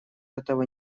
этого